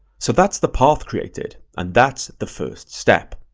so that's the path created and that's the first step.